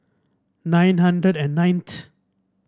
nine hundred and night